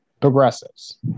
progressives